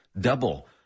double